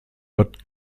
bad